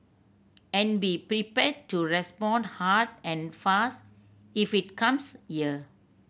and be prepared to respond hard and fast if it comes here